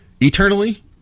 Eternally